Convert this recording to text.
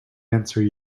answer